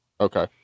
Okay